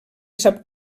sap